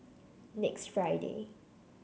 next Friday